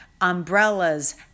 umbrellas